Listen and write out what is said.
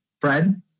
Fred